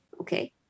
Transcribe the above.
Okay